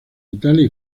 italia